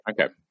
Okay